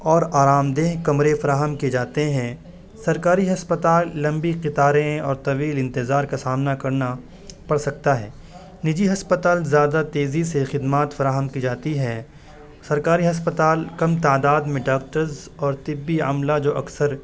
اور آرام دہ کمرے فراہم کیے جاتے ہیں سرکاری ہسپتال لمبی قطاریں اور طویل انتظار کا سامنا کرنا پڑ سکتا ہے نجی ہسپتال زیادہ تیزی سے خدمات فراہم کی جاتی ہے سرکاری ہسپتال کم تعداد میں ڈاکٹرز اور طبی عملہ جو اکثر